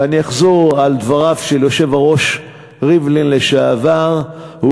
ואני אחזור על דבריו של היושב-ראש לשעבר ריבלין: הוא